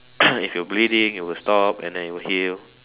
if you're bleeding you will stop and then it will heal